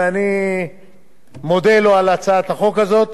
ואני מודה לו על הצעת החוק הזאת.